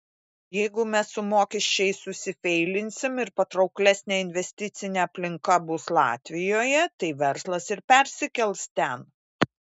jeigu mes su mokesčiais susifeilinsim ir patrauklesnė investicinė aplinka bus latvijoje tai verslas ir persikels ten